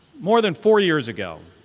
more than four years ago,